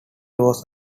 was